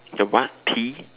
the what tea